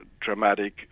dramatic